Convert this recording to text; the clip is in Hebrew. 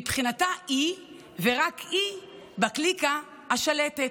מבחינתה היא ורק היא בקליקה השלטת.